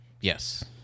Yes